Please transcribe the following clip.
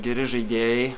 geri žaidėjai